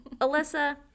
Alyssa